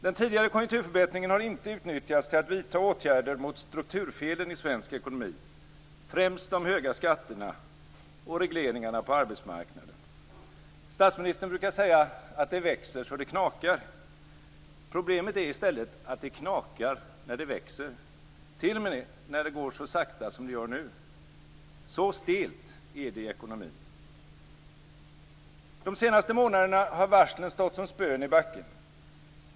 Den tidigare konjunkturförbättringen har inte utnyttjats till att vidta åtgärder mot strukturfelen i svensk ekonomi, främst de höga skatterna och regleringarna på arbetsmarknaden. Statsministern brukar säga att det växer så det knakar. Problemet är i stället att det knakar, när det växer - t.o.m. när det går så sakta som det gör nu. Så stelt är det i ekonomin. De senaste månaderna har varslen stått som spön i backen.